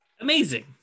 Amazing